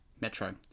Metro